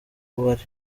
bari